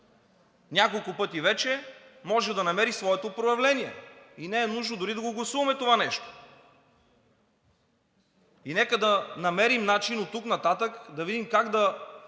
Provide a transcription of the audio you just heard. няколко пъти вече, може да намери своето проявление и не е нужно дори да гласуваме това нещо. Нека да намерим начин оттук нататък да видим как да